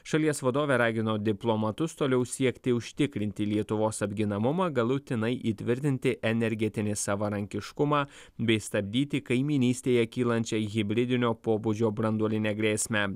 šalies vadovė ragino diplomatus toliau siekti užtikrinti lietuvos apginamumą galutinai įtvirtinti energetinį savarankiškumą bei stabdyti kaimynystėje kylančią hibridinio pobūdžio branduolinę grėsmę